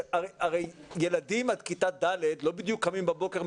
הרי ילדים עד כיתה ד' לא בדיוק קמים בבוקר,